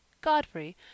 Godfrey